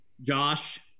Josh